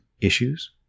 issues